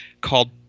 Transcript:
called